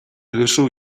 duzu